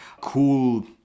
cool